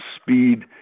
speed